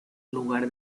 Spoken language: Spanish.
lugar